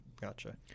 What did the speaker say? Gotcha